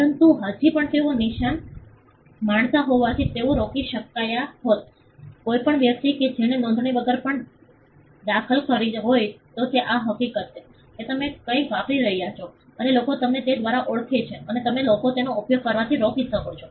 પરંતુ હજી પણ તેઓ નિશાન માણતા હોવાથી તેઓ રોકી શક્યા હોત કોઈપણ વ્યક્તિ કે જેણે નોંધણી વગર પણ દખલ કરી હોત તે આ હકીકત છે કે તમે કંઈક વાપરી રહ્યા છો અને લોકો તમને તે દ્વારા ઓળખે છે અને તમે લોકોને તેનો ઉપયોગ કરવાથી રોકી શકો છો